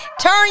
turn